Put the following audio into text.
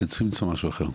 אתם צריכים למצוא משהו אחר.